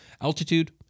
altitude